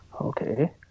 Okay